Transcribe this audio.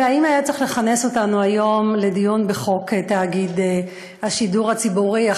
ואם היה צריך לכנס אותנו היום לדיון בחוק תאגיד השידור הציבורי,